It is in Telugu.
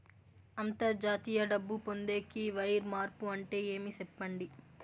అంతర్జాతీయ డబ్బు పొందేకి, వైర్ మార్పు అంటే ఏమి? సెప్పండి?